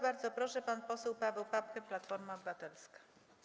Bardzo proszę, pan poseł Paweł Papke, Platforma Obywatelska.